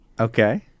Okay